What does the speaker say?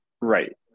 right